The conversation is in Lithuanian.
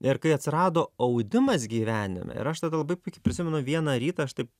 ir kai atsirado audimas gyvenime ir aš tada labai puikiai prisimenu vieną rytą aš taip